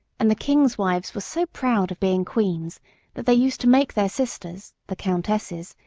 and the kings' wives were so proud of being queens that they used to make their sisters, the countesses,